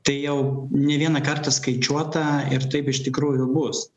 tai jau ne vieną kartą skaičiuota ir taip iš tikrųjų bus